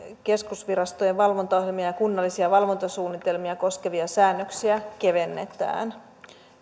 keskusvirastojen valvontaohjelmia ja kunnallisia valvontasuunnitelmia koskevia säännöksiä kevennetään